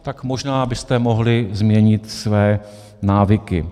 Tak možná byste mohli změnit své návyky.